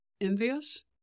envious